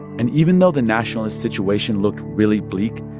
and even though the nationalist situation looked really bleak,